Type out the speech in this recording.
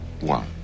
One